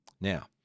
Now